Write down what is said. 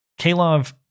Kalov